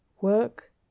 Work